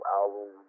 album